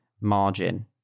margin